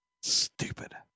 Stupid